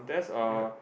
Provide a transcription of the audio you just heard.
yup